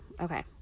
Okay